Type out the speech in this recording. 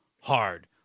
hard